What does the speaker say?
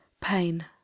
Pain